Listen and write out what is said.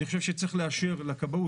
אני חושב שצריך לאשר לכבאות,